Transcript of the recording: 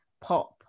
pop